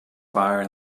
fire